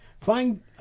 Flying